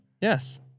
Yes